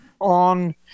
on